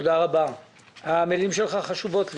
תודה רבה, המילים שלך חשובות לי.